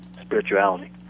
spirituality